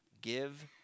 give